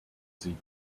sie